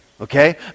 okay